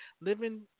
living